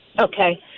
Okay